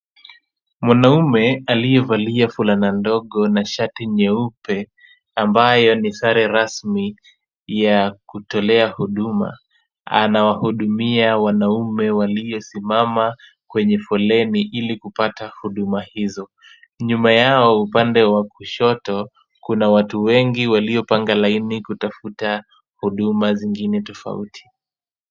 Mwanaume aliyevalia fulana ndogo na shati nyeupe, ambayo ni sare rasmi ya kutolea huduma. Anawahudumia wanaume waliosimama kwenye foleni ili kupata huduma hizo. Nyuma yao upande wa kushoto, kuna watu wengi waliopanga laini kutafuta huduma zingine tofauti.